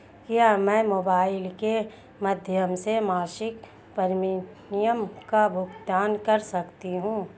क्या मैं मोबाइल के माध्यम से मासिक प्रिमियम का भुगतान कर सकती हूँ?